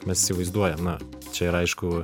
mes įsivaizduojam na čia ir aišku